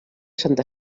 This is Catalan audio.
santa